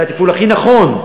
זה הטיפול הכי נכון.